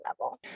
level